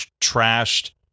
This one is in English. trashed